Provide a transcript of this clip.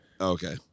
okay